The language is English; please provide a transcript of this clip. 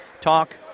talk